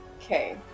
Okay